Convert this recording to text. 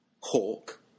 Hawk